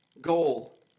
goal